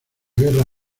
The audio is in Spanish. guerra